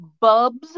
Bubs